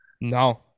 No